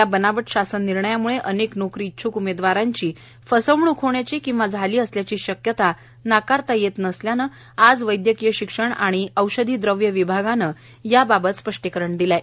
या बनावट शासन निर्णयामुळे अनेक नोकरी इच्छुक उमेदवारांची फसवणूक होण्याची किंवा झाल्याची शक्यता नाकारता येत नसल्याने आज वैद्यकीय शिक्षण आणि औषधी द्रव्ये विभागाने याबाबत स्पष्टीकरण केले आहे